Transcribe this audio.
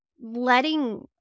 letting